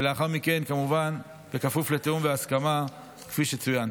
ולאחר מכן, כמובן, כפוף לתיאום והסכמה כפי שצוין.